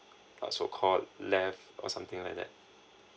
or so called left or something like that